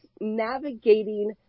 navigating